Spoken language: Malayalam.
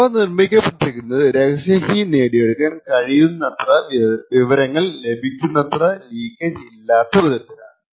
ഇവ നിർമ്മിക്കപ്പെട്ടിരിക്കുന്നത് രഹസ്യ കീ നേടിയെടുക്കൻ കഴിയുന്നത്ര വിവരങ്ങൾ ലഭിക്കുന്നത്ര ലീക്കേജ് ഇല്ലാത്ത വിധത്തിലാണ്